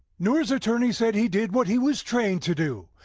noor's attorney said he did what he was trained to do.